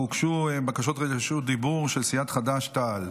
אך הוגשו בקשות רשות דיבור של סיעת חד"ש-תע"ל.